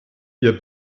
ihr